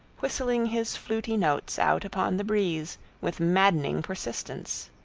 whistling his fluty notes out upon the breeze with maddening persistence.